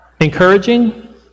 encouraging